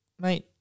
Mate